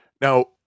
Now